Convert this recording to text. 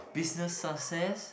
business success